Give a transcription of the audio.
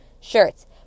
shirts